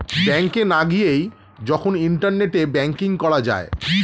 ব্যাংকে না গিয়েই এখন ইন্টারনেটে ব্যাঙ্কিং করা যায়